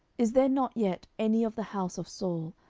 is there not yet any of the house of saul,